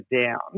down